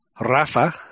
Rafa